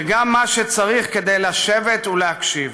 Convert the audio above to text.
וגם מה שצריך כדי לשבת ולהקשיב.